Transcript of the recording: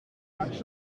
markt